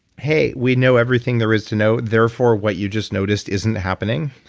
hey, we know everything there is to know. therefore what you just noticed isn't happening.